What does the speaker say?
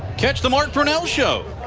catch the mark brunell show.